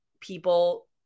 people